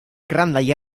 grandaj